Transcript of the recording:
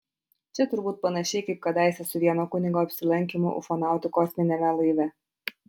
čia turbūt panašiai kaip kadaise su vieno kunigo apsilankymu ufonautų kosminiame laive